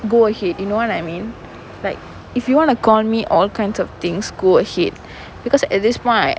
go ahead you know what I mean like if you want to call me all kinds of things go ahead because at this point i~